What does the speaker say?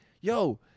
yo